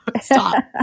stop